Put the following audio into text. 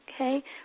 okay